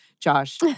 Josh